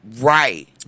Right